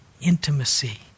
intimacy